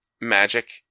Magic